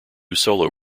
solo